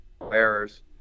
errors